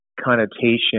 connotation